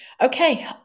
Okay